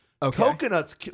coconuts